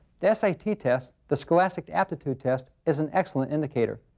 the s a t. test, the scholastic aptitude test, is an excellent indicator.